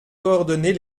coordonner